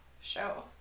show